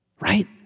right